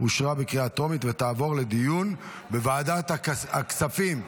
אושרה בקריאה טרומית ותעבור לדיון בוועדת הכספים.